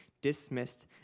dismissed